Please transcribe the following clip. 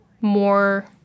more